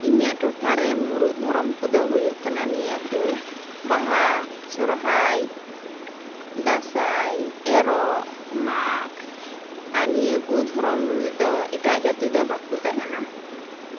ᱤᱧᱟᱹᱜ ᱴᱚᱴᱷᱟᱨᱮ ᱢᱩᱬᱩᱫ ᱫᱷᱚᱨᱚᱢ ᱠᱚᱫᱚ ᱦᱩᱭᱩᱜ ᱠᱟᱱᱟ ᱱᱤᱭᱟᱹ ᱠᱚ ᱵᱟᱦᱟ ᱥᱚᱨᱦᱟᱭ ᱫᱟᱸᱥᱟᱭ ᱮᱨᱚᱜ ᱢᱟᱜᱽ ᱟᱨ ᱱᱤᱭᱟᱹ ᱠᱚ ᱫᱷᱚᱨᱚᱢ ᱨᱮᱫᱚ ᱮᱴᱟᱜ ᱡᱟᱹᱛᱤ ᱫᱚ ᱵᱟᱠᱚ ᱛᱟᱦᱮᱸᱱᱟ